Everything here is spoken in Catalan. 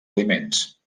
aliments